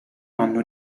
anno